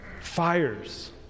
fires